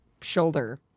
shoulder